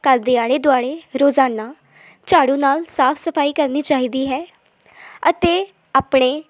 ਘਰ ਦੇ ਆਲੇ ਦੁਆਲੇ ਰੋਜ਼ਾਨਾ ਝਾੜੂ ਨਾਲ ਸਾਫ ਸਫਾਈ ਕਰਨੀ ਚਾਹੀਦੀ ਹੈ ਅਤੇ ਆਪਣੇ